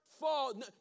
fall